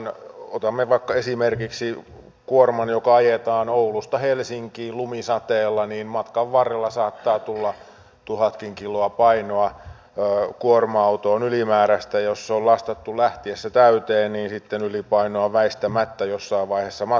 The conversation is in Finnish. jos otamme vaikka esimerkiksi kuorman joka ajetaan oulusta helsinkiin lumisateella niin matkan varrella saattaa tulla tuhatkin kiloa ylimääräistä painoa kuorma autoon ja jos se on lastattu lähtiessä täyteen niin sitten ylipainoa on väistämättä jossain vaiheessa matkaa